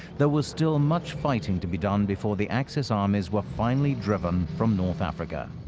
there was still much fighting to be done before the axis armies were finally driven from north africa.